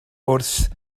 wrth